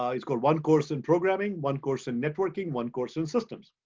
um it's got one course in programming, one course in networking, one course in systems.